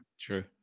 True